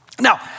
Now